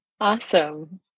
Awesome